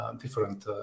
different